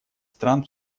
стран